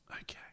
Okay